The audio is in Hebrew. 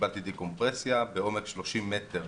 קיבלתי דיקומפרסיה בעומק 30 מטר.